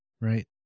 Right